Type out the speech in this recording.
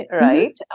right